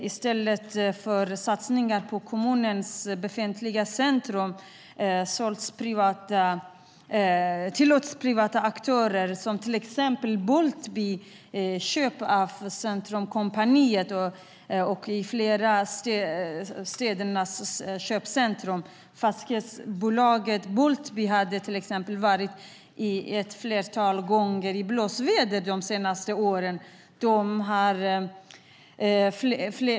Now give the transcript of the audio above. I stället för att det sker satsningar på kommunernas befintliga centrum tillåts privata aktörer ta över, till exempel Boultbees köp av Centrumkompaniet och flera köpcentrum i olika städer. Fastighetsbolaget Boultbee har vid ett flertal tillfällen varit i blåsväder de senaste åren.